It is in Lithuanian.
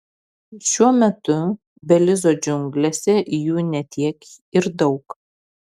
šiuo metu belizo džiunglėse jų ne tiek ir daug